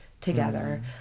together